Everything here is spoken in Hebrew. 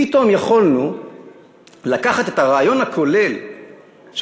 פתאום יכולנו לקחת את הרעיון הכולל של